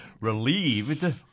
relieved